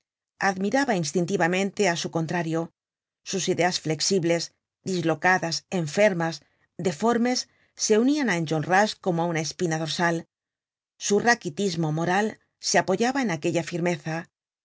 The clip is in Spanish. admiraba instintivamente á su contrario sus ideas flexibles dislocadas enfermas deformes se unian á enjolras como á una espina dorsal su raquitismo moral se apoyaba en aquella firmeza